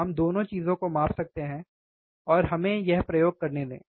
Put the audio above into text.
हम दोनों चीजों को माप सकते हैं और हमें यह प्रयोग करने दें